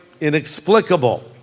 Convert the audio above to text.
inexplicable